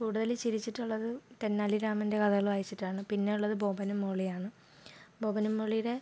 കൂടുതൽ ചിരിച്ചിട്ടുള്ളത് തെന്നാലി രാമൻ്റെ കഥകൾ വായിച്ചിട്ടാണ് പിന്നെ ഉള്ളത് ബോബനും മോളിയും ആണ് ബോബനും മോളിയുടെ